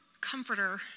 comforter